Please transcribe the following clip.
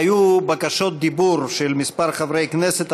היו בקשות דיבור של כמה חברי כנסת.